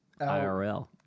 IRL